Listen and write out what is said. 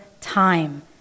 time